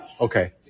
Okay